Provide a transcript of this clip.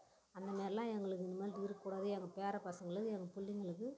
அந்தமாரிலாம் எங்களுக்கு இனிமேல் இருக்கறகூடாது எங்கள் பேரப் பசங்களுக்கு எங்கள் பிள்ளைங்களுக்கு